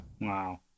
Wow